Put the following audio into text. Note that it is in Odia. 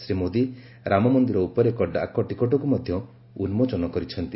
ଶ୍ରୀ ମୋଦି ରାମମନ୍ଦିର ଉପରେ ଏକ ଡାକଟିକଟକୁ ମଧ୍ୟ ଉନ୍ଜୋଚନ କରିଛନ୍ତି